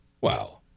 Wow